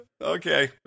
Okay